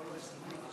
גברתי היושבת-ראש,